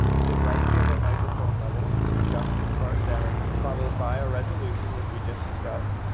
to the right we have our microphone level, and adjustments for our sound followed by our resolution which we just discussed.